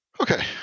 Okay